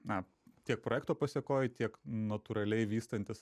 na tiek projekto pasekoj tiek natūraliai vystantis